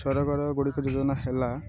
ସରକାରଗୁଡ଼ିକ ଯୋଜନା ହେଲା